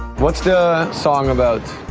what's the song about?